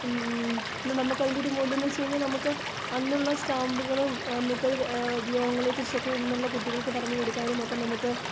ഇന്ന് നമുക്ക് അതിൻ്റെ ഒരു മൂല്യം എന്നു വെച്ചു കഴിഞ്ഞാൽ നമുക്ക് അന്നുള്ള സ്റ്റാമ്പുകളും അന്നത്തെ ഉപയോഗങ്ങളെക്കുറിച്ചൊക്കെ ഇന്നുള്ള കുട്ടികൾക്ക് പറഞ്ഞുകൊടുക്കാനും ഒക്കെ നമുക്ക്